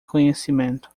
conhecimento